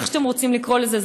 איך שאתם רוצים לקרוא לזה.